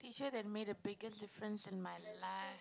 teacher that made a biggest difference in my life